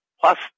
plus